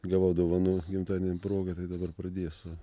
gavau dovanų gimtadienio proga tai dabar pradėsiu